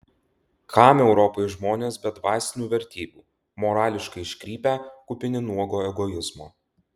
kam europai žmonės be dvasinių vertybių morališkai iškrypę kupini nuogo egoizmo